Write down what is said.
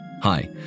Hi